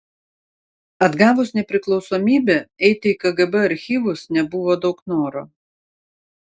atgavus nepriklausomybę eiti į kgb archyvus nebuvo daug noro